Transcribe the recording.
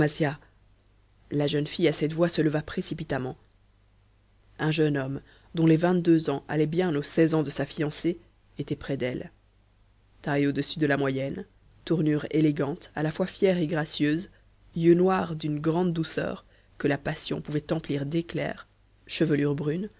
la jeune fille à cette voix se leva précipitamment un jeune homme dont les vingt-deux ans allaient bien aux seize ans de sa fiancée était près d'elle taille au-dessus de la moyenne tournure élégante à la fois fière et gracieuse yeux noirs d'une grande douceur que la passion pouvait emplir d'éclairs chevelure brune